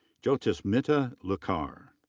jyotismita lahkar.